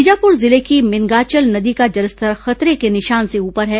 बीजापुर जिले की मिनगाछल नदी का जलस्तर खतरे के निशान से ऊपर है